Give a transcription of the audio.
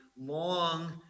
long